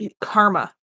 Karma